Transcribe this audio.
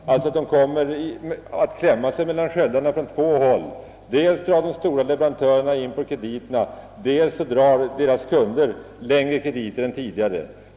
De mindre företagen kommer alltså att klämmas mellan sköldarna från två håll: dels drar leverantörerna in krediterna, dels drar deras egna kunder längre krediter än tidigare.